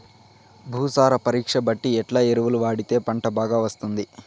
భూసార పరీక్ష బట్టి ఎట్లా ఎరువులు వాడితే పంట బాగా వస్తుంది?